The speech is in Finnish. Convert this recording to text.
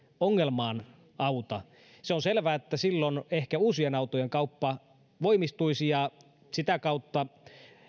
ongelmaan auta se on selvää että silloin ehkä uusien autojen kauppa voimistuisi ja sitä kautta